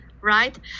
right